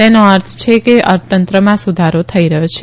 તેનો અર્થ છે કે અર્થતંત્રમાં સુધારો થઇ રહયો છે